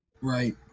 Right